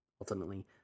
ultimately